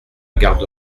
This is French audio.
garde